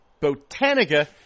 Botanica